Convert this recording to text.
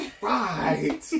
Right